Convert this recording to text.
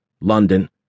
London